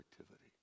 activity